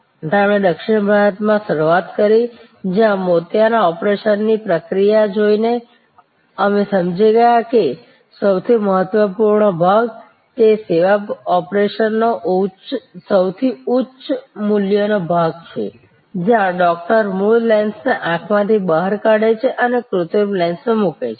તેમણે દક્ષિણ ભારતમાં શરૂઆત કરી જ્યાં મોતિયાના ઓપરેશનની પ્રક્રિયા જોઈને અમે સમજી ગયા કે સૌથી મહત્વપૂર્ણ ભાગ તે સેવા ઓપરેશનનો સૌથી ઉચ્ચ મૂલ્યનો ભાગ છે જ્યાં ડૉક્ટર મૂળ લેન્સને આંખમાંથી બહાર કાઢે છે અને કૃત્રિમ લેન્સ મૂકે છે